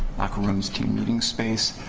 locker rooms, team meeting space.